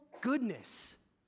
goodness